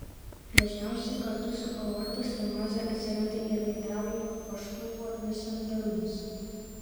dažniausiai kartu su aortos stenoze atsiranda ir mitralinių vožtuvų nesandarumas